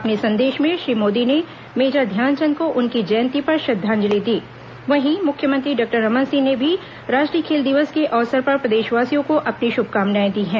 अपने संदेश में श्री मोदी ने मेजर ध्यान चंद को उनकी जयंती पर श्रद्वांजलि दी वहीं मुख्यमंत्री डॉक्टर रमन सिंह ने भी राष्ट्रीय खेल दिवस के अवसर पर प्रदेशवासियों को अपनी शुभकामनाए दी हैं